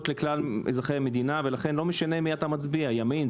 לכלל אזרחי המדינה ולכן לא משנה אם אתה מצביע ימין,